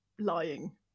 lying